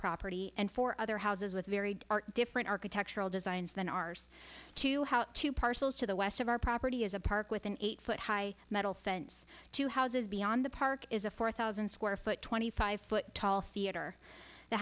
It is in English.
property and four other houses with very different architectural designs than ours to how to parcels to the west of our property is a park with an eight foot high metal fence two houses beyond the park is a four thousand square foot twenty five foot tall theater the